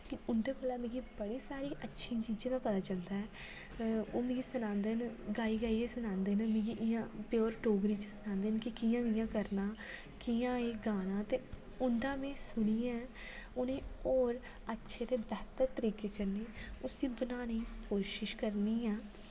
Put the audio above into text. लेकिन उंदे कोला मिगी बड़ी सारी अच्छी चीजें दा पता चलदा ऐ ओह् मी सनांदे न गाई गाइयै सनांदे न मिगी इ'यां प्योर डोगरी च सनांदे न कि कियां कियां करना कियां ऐ गाना ते उंदा में सुनियै उने और अच्छा ते बेह्तर तरिके कन्नै उस्सी बनाने कोशिश करनी आं